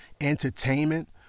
entertainment